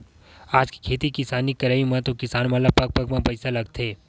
आज के खेती किसानी करई म तो किसान मन ल पग पग म पइसा लगथे